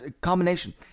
combination